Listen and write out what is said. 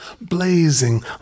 blazing